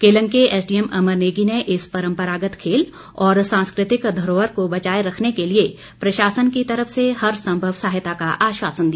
केलंग के एसडीएम अमर नेगी ने इस परम्परागत खेल और सांस्कृतिक धरोहर को बचाए रखने के लिए प्रशासन की तरफ से हर संभव सहायता का आश्वासन दिया